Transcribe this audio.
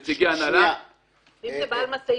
אתה בעל הבית.